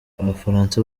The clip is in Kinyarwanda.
abafaransa